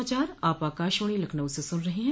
यह समाचार आप आकाशवाणी लखनऊ से सुन रहे हैं